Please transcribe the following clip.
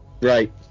right